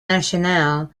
nacional